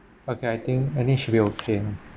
okay I think I think should be okay